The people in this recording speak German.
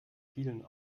vielen